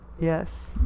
Yes